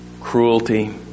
cruelty